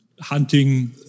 hunting